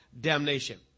damnation